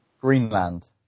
Greenland